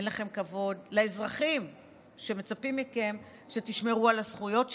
אין לכם כבוד לאזרחים שמצפים מכם שתשמרו על הזכויות שלהם.